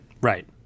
Right